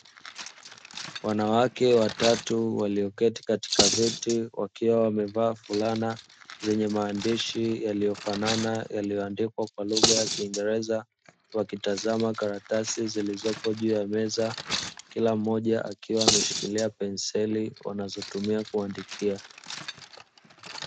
Wanawake watatu walioketi katika viti wakiwa wamevaa fulana zenye maandishi yaliyofanana, yaliyoandikwa kwa lugha ya kiingereza wakitazama karatasi zilizopo juu ya meza, kila mmoja akiwa ameshikilia penseli wanazotumia kuandikia.